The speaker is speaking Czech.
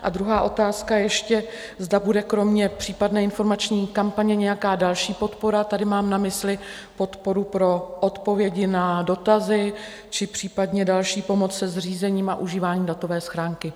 A druhá otázka ještě, zda bude kromě případné informační kampaně nějaká další podpora tady mám na mysli podporu pro odpovědi na dotazy či případně další pomoc se zřízením a užíváním datové schránky.